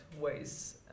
ways